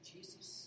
Jesus